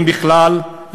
אם בכלל,